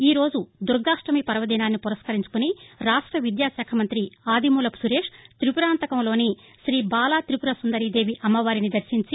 ఈరోజు దుర్గాష్టమి పర్వదినాన్ని పురస్కరించుకుని రాష్ట విద్యాశాఖ మంతి ఆదిమూలపు సురేష్ తిపురాంతకంలోని కీబాలా తిపురసుందరీ దేవి అమ్మవారిని దర్శించి